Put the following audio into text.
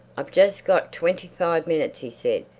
i've just got twenty-five minutes, he said.